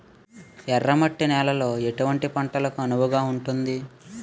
ఎర్ర మట్టి నేలలో ఎటువంటి పంటలకు అనువుగా ఉంటుంది?